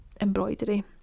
embroidery